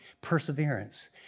perseverance